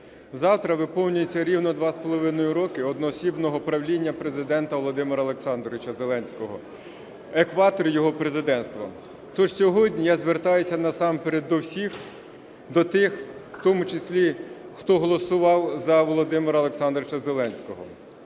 завтра виповнюється рівно два з половиною роки одноосібного правління Президента Володимира Олександровича Зеленського, екватор його президентства, тож сьогодні я звертаюся насамперед до всіх, до тих в тому числі, хто голосував за Володимира Олександровича Зеленського.